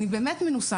אני באמת מנוסה,